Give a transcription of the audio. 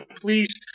please